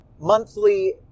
monthly